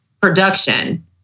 production